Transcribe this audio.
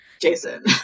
Jason